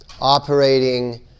operating